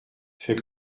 fais